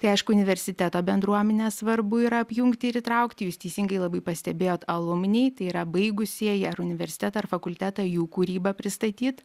tai aišku universiteto bendruomenę svarbu yra apjungti ir įtraukti jūs teisingai labai pastebėjot alumniai tai yra baigusieji ar universitetą ar fakultetą jų kūrybą pristatyt